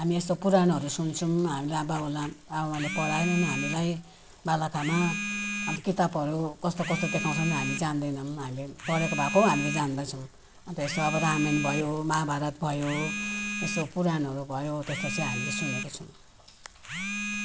हामी यसो पुराणहरू सुन्छौँ हामीलाई बाउलाई आमाले पढाएनन् हामीलाई बालखामा अनि किताबहरू कस्तो कस्तो देखाउँछन् हामीले जान्दैनौँ हामीले पढेको भए पो हामीले जान्दछौँ जस्तो अब रामायण भयो महाभारत भयो यसो पुराणहरू भयो त्यस्तो चाहिँ हामीले सुनेका छौँ